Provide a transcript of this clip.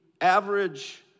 average